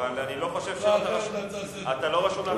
אבל אני לא חושב שאתה רשום.